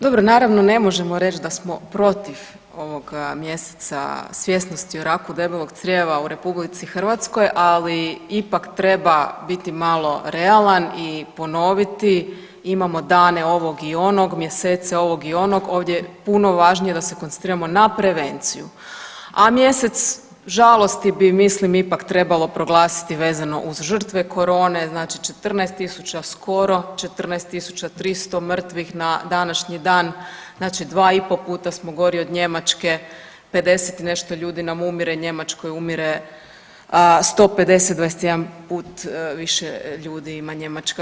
Dobro, naravno ne možemo reć da smo protiv ovog mjeseca svjesnosti o raku debelog crijeva u RH, ali ipak treba biti malo realan i ponoviti imamo dane ovog i onog, mjesece ovog i onog, ovdje je puno važnije da se koncentriramo na prevenciju, a mjesec žalosti bi mislim ipak trebalo proglasiti vezano uz žrtve korone, znači 14.000 skoro, 14.300 mrtvih na današnji dan, znači 2,5 puta smo gori od Njemački, 50 i nešto ljudi nam umire, u Njemačkoj umire 150, 21 put više ljudi ima Njemačka.